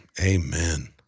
Amen